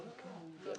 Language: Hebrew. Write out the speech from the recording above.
צור.